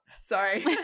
Sorry